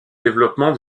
développement